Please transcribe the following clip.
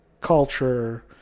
culture